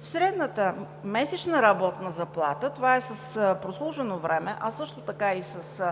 Средната месечна работна заплата – това е с прослужено време, а също така и с